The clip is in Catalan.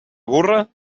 burra